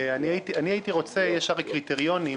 יש הרי קריטריונים,